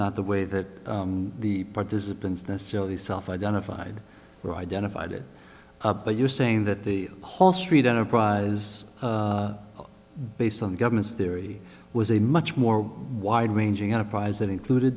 not the way that the participants necessarily self identified or identified it but you're saying that the whole street enterprise based on the government's theory was a much more wide ranging enterprise that included